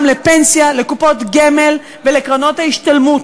לפנסיה בקופות גמל ובקרנות ההשתלמות.